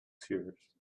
tears